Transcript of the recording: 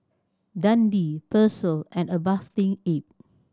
Dundee Persil and A Bathing Ape